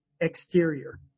exterior